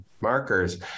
markers